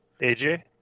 AJ